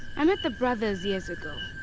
i met the brothers years ago.